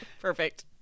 Perfect